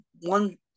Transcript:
one